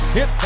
Hit